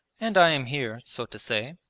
and i am here, so to say,